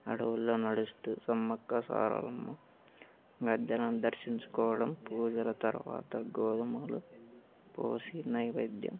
అడవుల్లో నడుస్తూ సమ్మక్క సారళము గద్దెనం దర్శించుకోవడం పూజల తర్వాత గోధుమలు పోసి నైవేద్యం